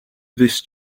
this